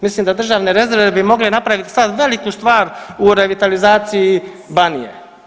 Mislim da državne rezerve bi mogle napraviti sad veliku stvar u revitalizaciji Banije.